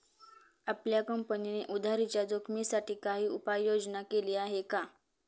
आपल्या कंपनीने उधारीच्या जोखिमीसाठी काही उपाययोजना केली आहे का?